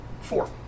Four